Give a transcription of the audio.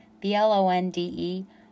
B-L-O-N-D-E